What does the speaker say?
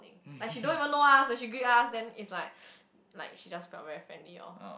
like she don't even know us and she greet us then it's like like she just got very friendly loh